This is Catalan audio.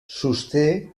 sosté